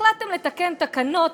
החלטתם לתקן תקנות,